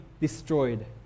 destroyed